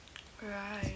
right